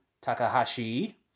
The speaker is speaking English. Takahashi